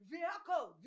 Vehicle